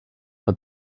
but